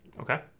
Okay